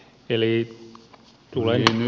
no niin kiitoksia